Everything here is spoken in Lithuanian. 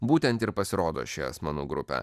būtent ir pasirodo ši asmenų grupė